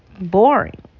boring